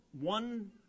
one